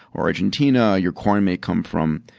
argentina. your corn may come from